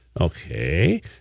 Okay